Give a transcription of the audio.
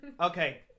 Okay